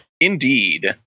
Indeed